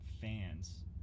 fans